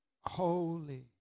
holy